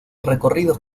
recorridos